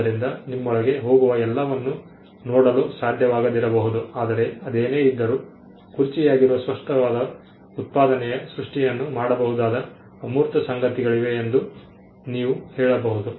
ಆದ್ದರಿಂದ ನಿಮ್ಮೊಳಗೆ ಹೋಗುವ ಎಲ್ಲವನ್ನು ನೋಡಲು ಸಾಧ್ಯವಾಗದಿರಬಹುದು ಆದರೆ ಅದೇನೇ ಇದ್ದರೂ ಕುರ್ಚಿಯಾಗಿರುವ ಸ್ಪಷ್ಟವಾದ ಉತ್ಪಾದನೆಯ ಸೃಷ್ಟಿಯನ್ನು ಮಾಡಬಹುದಾದ ಅಮೂರ್ತ ಸಂಗತಿಗಳಿವೆ ಎಂದು ನೀವು ಹೇಳಬಹುದು